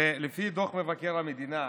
לפי דוח מבקר המדינה,